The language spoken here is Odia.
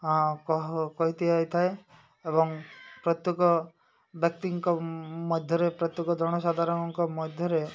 ହଁ କହ କହିତେ ଆଇ ଥାଏ ଏବଂ ପ୍ରତ୍ୟେକ ବ୍ୟକ୍ତିଙ୍କ ମଧ୍ୟରେ ପ୍ରତ୍ୟେକ ଜନସାଧାରଣଙ୍କ ମଧ୍ୟରେ